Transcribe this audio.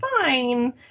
fine